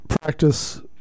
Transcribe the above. practice